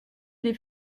des